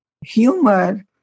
humor